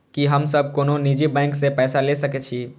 की हम सब कोनो निजी बैंक से पैसा ले सके छी?